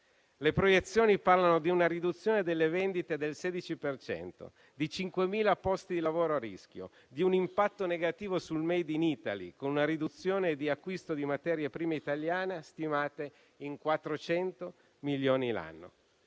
Le proiezioni parlano di una riduzione delle vendite del 16 per cento, di 5.000 posti di lavoro a rischio, di un impatto negativo sul *made in Italy*, con una riduzione di acquisto di materie prime italiane stimata in 400 milioni l'anno.